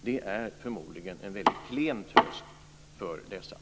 Det är förmodligen en väldigt klen tröst för dem.